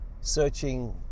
searching